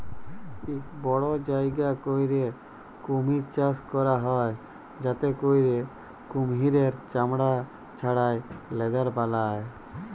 ইক বড় জায়গা ক্যইরে কুমহির চাষ ক্যরা হ্যয় যাতে ক্যইরে কুমহিরের চামড়া ছাড়াঁয় লেদার বালায়